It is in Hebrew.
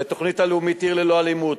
בתוכנית הלאומית "עיר ללא אלימות",